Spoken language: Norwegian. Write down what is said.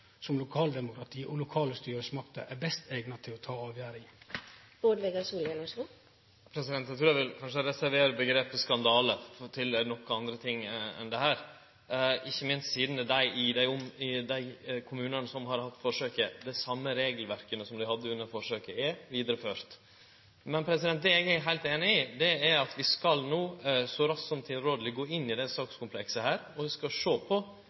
og lokale styresmakter er best eigna til å ta avgjersler? Eg trur eg kanskje ville ha reservert omgrepet «skandale» til nokre andre ting enn dette, ikkje minst sidan det same regelverket som desse kommunane hadde under forsøket, er vidareført. Men det eg er heilt einig i, er at vi no så raskt som tilrådeleg skal gå inn i dette sakskomplekset, og vi skal sjå på